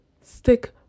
stick